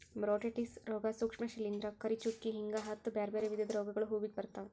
botrytis ರೋಗ, ಸೂಕ್ಷ್ಮ ಶಿಲಿಂದ್ರ, ಕರಿಚುಕ್ಕಿ ಹಿಂಗ ಹತ್ತ್ ಬ್ಯಾರ್ಬ್ಯಾರೇ ವಿಧದ ರೋಗಗಳು ಹೂವಿಗೆ ಬರ್ತಾವ